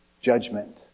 judgment